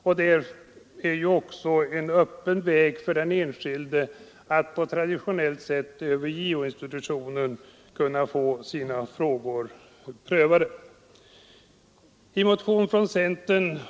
Det står ju också den enskilde fritt att på traditionellt sätt få olika frågor prövade hos JO-institutionen.